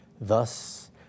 Thus